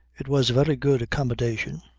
it was a very good accommodation,